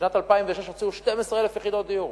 בשנת 2006 הוציאו 12,000 יחידות דיור,